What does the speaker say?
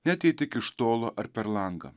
net jei tik iš tolo ar per langą